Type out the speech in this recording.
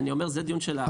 זה דיון שלאחר מעשה.